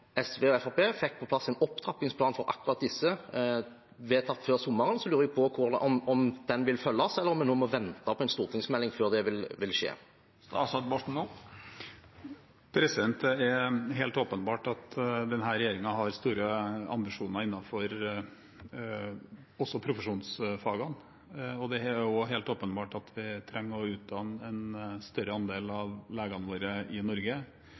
plass en opptrappingsplan for akkurat disse, vedtatt før sommeren, lurer jeg på om den vil følges opp, eller om vi må vente på en stortingsmelding før det vil skje. Det er helt åpenbart at denne regjeringen har store ambisjoner også innenfor profesjonsfagene, og det er også helt åpenbart at vi trenger å utdanne en større andel av legene våre i Norge.